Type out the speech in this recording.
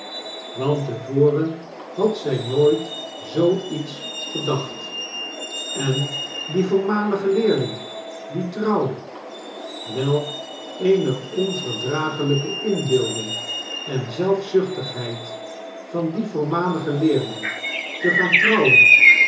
want te voren had zij nooit zoo iets gedacht en die voormalige leerling die trouwde welk eene onverdraaglijke inbeelding en zelfzuchtigheid van die voormalige leerling te gaan trouwen